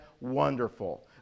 Wonderful